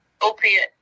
opiate